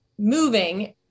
moving